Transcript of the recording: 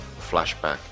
flashback